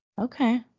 Okay